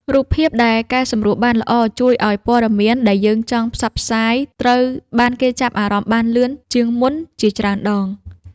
រូបភាពដែលកែសម្រួលបានល្អជួយឱ្យព័ត៌មានដែលយើងចង់ផ្សព្វផ្សាយត្រូវបានគេចាប់អារម្មណ៍បានលឿនជាងមុនជាច្រើនដង។